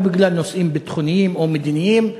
לא בגלל נושאים ביטחוניים או מדיניים,